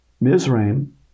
Mizraim